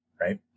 right